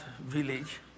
village